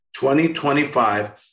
2025